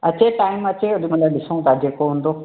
अचे टाइम अचे ओॾी महिल डिसूं था जेको हूंदो